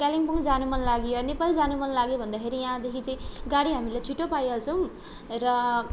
कालिम्पोङ जानु मनलाग्यो नेपाल जानु मनलाग्यो भन्दाखेरि यहाँदेखि चाहिँ गाडी हामीले छिटो पाइहाल्छौँ र